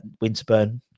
Winterburn